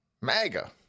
MAGA